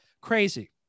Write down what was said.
Crazy